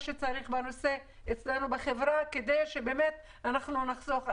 שצריך בנושא אצלנו בחברה כדי שנחסוך חיים.